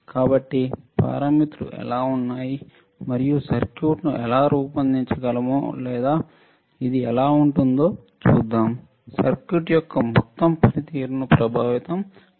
కాబట్టి పారామితులు ఎలా ఉన్నాయి మరియు సర్క్యూట్ను ఎలా రూపొందించగలమో లేదా ఇది ఎలా ఉంటుందో చూద్దాం సర్క్యూట్ యొక్క మొత్తం పనితీరును ప్రభావితం చేయాలా